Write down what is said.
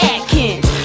Atkins